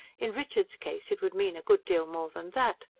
in richard's case it would mean a good deal more than that.